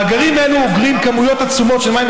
מאגרים אלה אוגרים כמויות עצומות של מים,